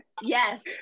Yes